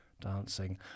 dancing